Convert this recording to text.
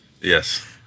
Yes